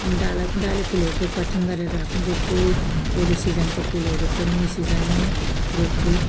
डाला डाले फुलहरू त कटिङ गरेर रोप्छु अरू सिजनको फुलहरू पनि सिजनमै रोप्छु